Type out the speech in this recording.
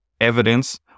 evidence